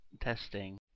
Testing